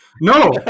no